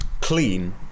clean